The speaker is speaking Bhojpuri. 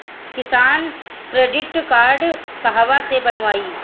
किसान क्रडिट कार्ड कहवा से बनवाई?